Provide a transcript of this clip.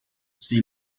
sie